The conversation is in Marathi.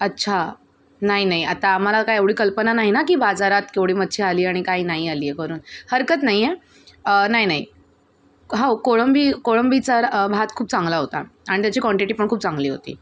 अच्छा नाही नाही आता आम्हाला काय एवढी कल्पना नाही की बाजारात केवढी मच्छी आली आणि काही नाही आली आहे करून हरकत नाही आहे नाही नाही हो कोळंबी कोळंबीचा र् भात खूप चांगला होता आणि त्याची काँटिटी पण खूप चांगली होती